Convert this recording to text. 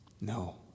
No